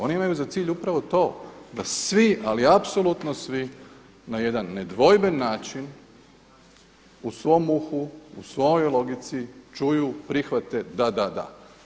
One imaju za cilj upravo to da svi, ali apsolutno svi na jedan nedvojben način u svom uhu, u svojoj logici čuju, prihvate da, da, da.